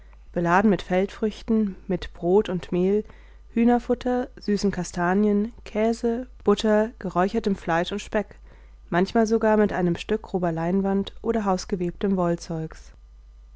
beladen mit feldfrüchten mit brot mehl hühnerfutter süßen kastanien käse butter geräuchertem fleisch und speck manchmal sogar mit einem stück grober leinwand oder hausgewebten